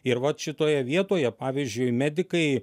ir vat šitoje vietoje pavyzdžiui medikai